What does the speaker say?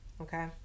Okay